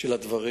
של הדברים,